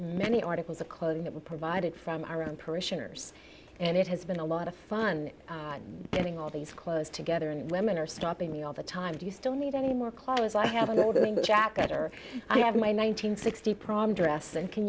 many articles of clothing that were provided from our own parishioners and it has been a lot of fun getting all these clothes together and women are stopping me all the time do you still need any more clothes i have a little jacket or i have my nine hundred sixty prom dress and can